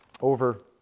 over